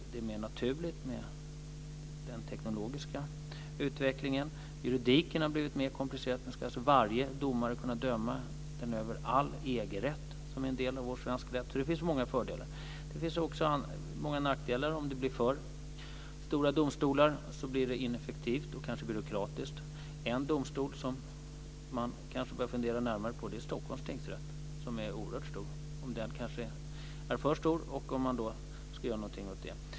Det är mer naturligt med den teknologiska utvecklingen. Juridiken har blivit mer komplicerad. Nu ska varje domare kunna döma över all EG-rätt som är en del av vår svenska rätt. Det finns många fördelar. Men det finns också många nackdelar. Om det blir för stora domstolar blir det ineffektivt och kanske byråkratiskt. En domstol som man kanske bör fundera närmare på är Stockholms tingsrätt som är oerhört stor. Den är kanske för stor, och man bör kanske göra någonting åt det.